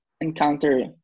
encounter